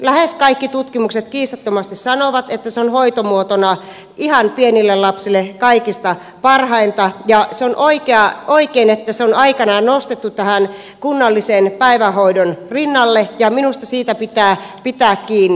lähes kaikki tutkimukset kiistattomasti sanovat että se on hoitomuotona ihan pienille lapsille kaikista parhainta ja on oikein että se on aikanaan nostettu tähän kunnallisen päivähoidon rinnalle ja minusta siitä pitää pitää kiinni